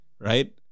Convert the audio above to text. Right